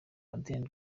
adeline